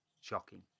shocking